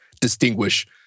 distinguish